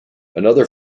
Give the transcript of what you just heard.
another